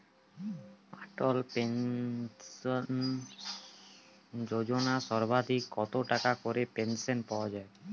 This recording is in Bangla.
অটল পেনশন যোজনা সর্বাধিক কত টাকা করে পেনশন পাওয়া যায়?